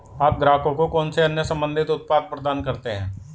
आप ग्राहकों को कौन से अन्य संबंधित उत्पाद प्रदान करते हैं?